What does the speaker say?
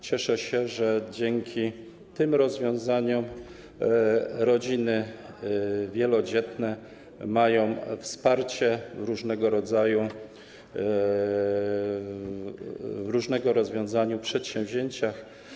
Cieszę się, że dzięki tym rozwiązaniom rodziny wielodzietne mają wsparcie różnego rodzaju, w różnych przedsięwzięciach.